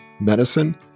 medicine